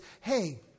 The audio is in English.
hey